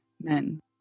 men